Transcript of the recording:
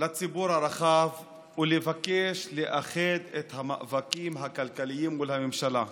לציבור הרחב ולבקש לאחד את המאבקים הכלכליים מול הממשלה.